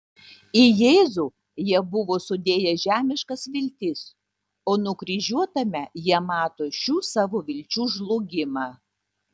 į jėzų jie buvo sudėję žemiškas viltis o nukryžiuotame jie mato šių savo vilčių žlugimą